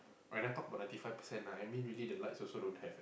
when I talk about ninety five percent ah I mean really the lights also don't have eh